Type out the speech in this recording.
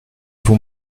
vous